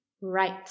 Right